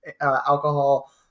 alcohol